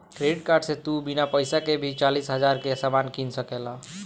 credit card से तू बिना पइसा के भी चालीस हज़ार के सामान किन सकेल